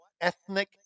ethnic